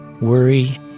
worry